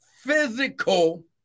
physical